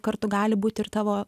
kartu gali būti ir tavo